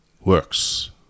works